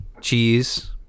cheese